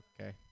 Okay